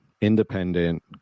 independent